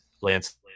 Lance